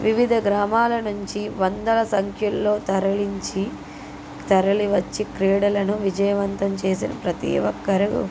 వివిధ గ్రామాలనుంచి వందల సంఖ్యల్లో తరలించి తరలివచ్చి క్రీడలను విజయవంతం చేసే ప్రతిఒక్కరు